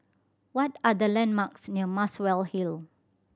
what are the landmarks near Muswell Hill